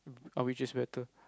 oh which is better